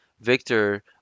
Victor